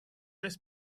this